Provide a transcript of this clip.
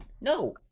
No